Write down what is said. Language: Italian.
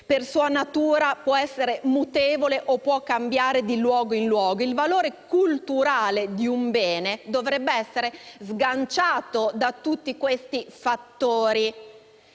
per sua natura può essere mutevole o cambiare di luogo in luogo. Il valore culturale di un bene dovrebbe essere sganciato da tutti questi fattori